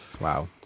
Wow